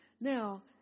Now